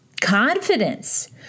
confidence